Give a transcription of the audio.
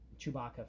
Chewbacca